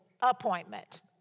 appointment